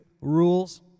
rules